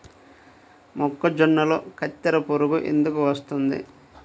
మొక్కజొన్నలో కత్తెర పురుగు ఎందుకు వస్తుంది?